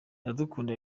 iradukunda